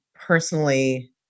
personally